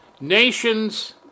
nations